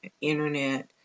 Internet